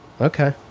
Okay